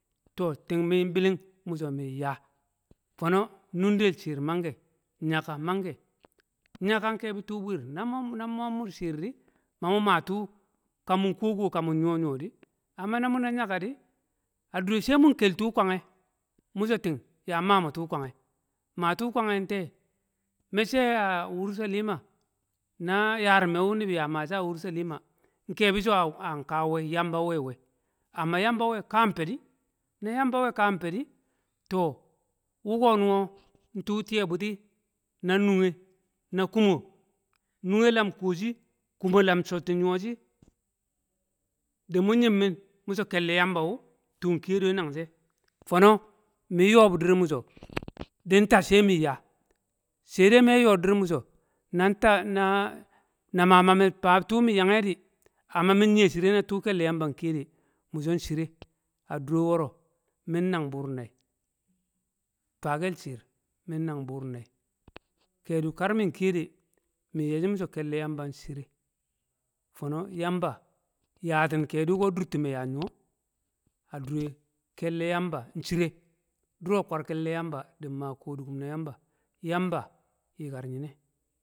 to, ti̱ng mi̱n bi̱li̱ng mi̱ so̱ mi̱n ya fo̱no̱ nu̱nde̱l shi̱i̱r manke̱, nyaka manke̱, nyaka nke̱bi̱ tu̱ bwi̱i̱r, na ma mu̱ di̱ shi̱i̱r di mamu ma tu̱u̱ ka mu̱n ku̱wo̱-ku̱wo̱ ka mu̱n nyu̱wo̱-nyu̱wo̱ di̱ amma na mo̱ na nyaka di̱ a du̱re̱ sai mu̱n ke̱ll tu̱ kwangke̱ mu̱ so̱ ti̱ng ya mo̱ tu̱u̱ kwangke̱ ma kwangke̱ tee, me̱cce̱ Wushalima na yari̱me̱ wu̱ ya ni̱bi̱ ma shi̱ a Wurselima nke̱bi̱ so̱ a nka we̱ yamba nwe̱ we̱ amma yamba nwe̱ ka nfe̱ di̱ na yamba nwe̱ ka nfe̱di̱ to, wu̱ko̱ ntu̱ ti̱ye̱ bu̱ti̱ na nu̱ngke̱ na ku̱mo̱, nu̱ngke̱ lam ku̱wo̱ shi, ku̱mo̱ lam sho̱to̱ nyo̱shi̱ di̱ mu̱ nyi̱mmi̱n mu̱ sho̱̱ ke̱lle̱ yamba wu̱ tu̱u̱ nki̱ye̱ de̱ nang shi̱ fono̱ mi̱n yo̱ bu̱ di̱r mi̱so̱ di̱n ta sai mi̱n ya sai dai me̱ yo̱ bu̱di̱r mi̱so̱ nan ta na ma mami̱ fa tu̱ mi̱ yangke̱ di̱, amma mi̱n nyi̱ ye̱ shi̱re̱ na tu̱ ke̱lle̱ yamba ki̱ye̱ de̱ mi̱ sho̱ shi̱re̱ a du̱re̱ wo̱ro̱ mi̱n nang bur nai, ka kell shi̱i̱r mi̱n nang bu̱r nai, ke̱du̱ kar mi̱n ki̱ye̱ de̱ mi̱n ye̱ shi̱ mi̱ so̱ ke̱lle̱ yamba nshi̱re̱, fo̱mo̱ yamba yati̱n ke̱du̱ ko̱ du̱r ti̱me̱ ya nyuwo a du̱re̱ ke̱lle̱ yamba shi̱re̱ du̱re̱ kwall ke̱lle̱ yamba nma du̱ku̱m na yamba, yamba yi̱kar nyi̱ne̱.